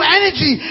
energy